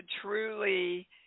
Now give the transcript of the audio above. truly